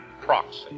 proxy